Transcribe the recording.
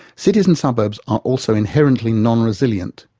cities and suburbs are also inherently non-resilient,